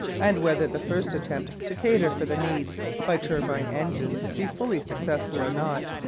and whether the first attempts to cater for the need by turbine-engines be fully successful or not,